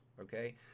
okay